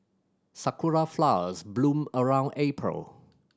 sakura flowers bloom around April